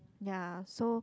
ya so